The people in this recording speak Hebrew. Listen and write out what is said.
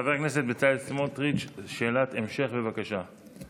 חבר הכנסת בצלאל סמוטריץ', שאלת המשך, בבקשה.